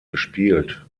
gespielt